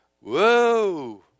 whoa